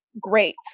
great